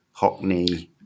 Hockney